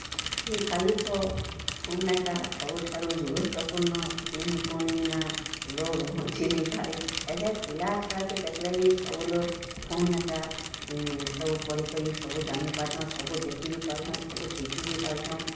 ଆଜିକାଲି ତ ଫୋନ୍ ଏକା ସବୁଠାରୁ ଗୁରୁତ୍ୱପୂର୍ଣ୍ଣ ଫିନ୍ ଫୋନ୍ ବିନା ଲୋକ୍ ବଞ୍ଚି ନେଇଁପାରେ ଏବେ ପିଲା ଛୁଆକେ ଦେଖିଲେ ବି ସବୁଲୋକ୍ ଫୋନ୍ ଏକା ସବୁ ପଢ଼ିକରି ସବୁ ଜାନି ପାରୁଚନ୍ ସବୁ ଦେଖିବି ପାରୁଚନ୍ ସବୁ ଶିଖି ବି ପାରୁଚନ୍